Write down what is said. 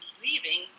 leaving